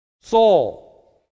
Saul